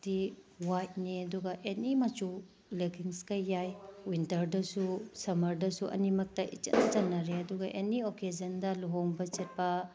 ꯗꯤ ꯍ꯭ꯋꯥꯠꯅꯦ ꯑꯗꯨꯒ ꯑꯦꯅꯤ ꯃꯆꯨ ꯂꯦꯒꯤꯟꯁꯀ ꯌꯥꯏ ꯋꯥꯟꯇ꯭ꯔꯗꯁꯨ ꯁꯝꯃ꯭ꯔꯗꯁꯨ ꯑꯅꯤꯃꯛꯇ ꯏꯆꯟꯗ ꯆꯟꯅꯔꯦ ꯑꯗꯨꯒ ꯑꯦꯅꯤ ꯑꯣꯀꯦꯖꯟꯗ ꯂꯨꯍꯣꯡꯕ ꯆꯠꯄ